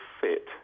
fit